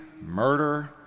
murder